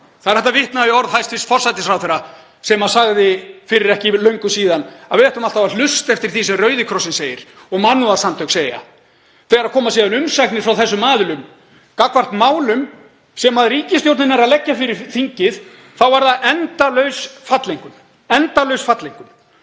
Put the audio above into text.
Það er hægt að vitna í orð hæstv. forsætisráðherra sem sagði fyrir ekki löngu síðan að við ættum alltaf að hlusta eftir því sem Rauði krossinn segir og mannúðarsamtök segja. Þegar koma síðan umsagnir frá þessum aðilum gagnvart málum sem ríkisstjórnin er að leggja fyrir þingið þá er það endalaus falleinkunn.